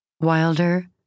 Wilder